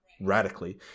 Radically